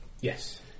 Yes